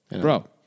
Bro